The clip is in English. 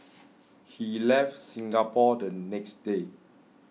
he left Singapore the next day